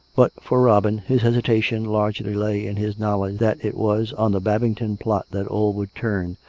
but, for robin, his hesitation largely lay in his knowledge that it was on the babington plot that all would turn,